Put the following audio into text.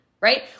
right